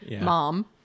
Mom